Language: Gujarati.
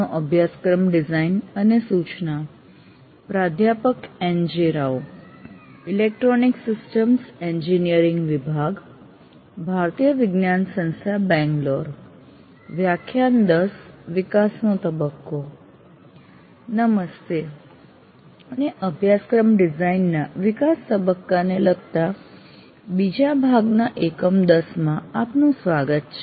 નમસ્તે અને અભ્યાસક્રમ ડિઝાઇન ના વિકાસ તબક્કાને લગતા બીજા ભાગના એકમ 10 માં આપનું સ્વાગત છે